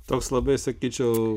toks labai sakyčiau